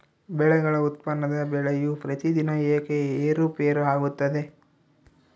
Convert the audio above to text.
ಬೆಳೆಗಳ ಉತ್ಪನ್ನದ ಬೆಲೆಯು ಪ್ರತಿದಿನ ಏಕೆ ಏರುಪೇರು ಆಗುತ್ತದೆ?